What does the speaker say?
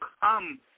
come